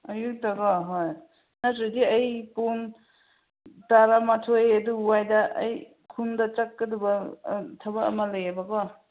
ꯑꯩꯌꯨꯛꯇ ꯀꯣ ꯍꯣꯏ ꯅꯠꯇ꯭ꯔꯗꯤ ꯑꯩ ꯄꯨꯡ ꯇꯔꯥꯃꯥꯊꯣꯏ ꯑꯗꯨꯋꯥꯏꯗ ꯑꯩ ꯈꯨꯟꯗ ꯆꯠꯀꯗꯕ ꯊꯕꯛ ꯑꯃ ꯂꯩꯌꯦꯕ ꯀꯣ